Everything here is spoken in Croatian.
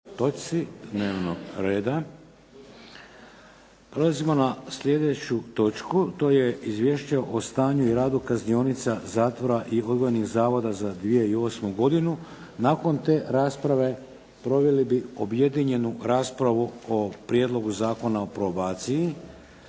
Vladimir (HDZ)** Prelazimo na sljedeću točku. To je - Izvješće o stanju i radu kaznionica, zatvora i odgojnih zavoda za 2008. godinu Nakon te rasprave proveli bi objedinjenu raspravu o Prijedlogu zakona o probaciji,